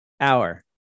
hour